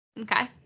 okay